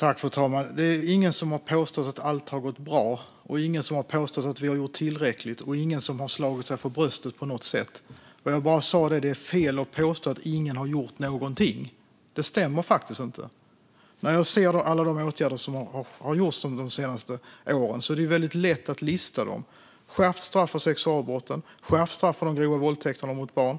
Fru talman! Det är ingen som har påstått att allt har gått bra. Det är ingen som har påstått att vi har gjort tillräckligt. Det är ingen som har slagit sig för bröstet på något sätt. Jag sa bara att det är fel att påstå att ingen har gjort någonting. Det stämmer faktiskt inte. Det är väldigt lätt att lista alla de åtgärder som har gjorts de senaste åren. Vi har skärpt straffen för sexualbrott. Vi har skärpt straffen för grova våldtäkter mot barn.